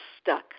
stuck